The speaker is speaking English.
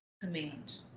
command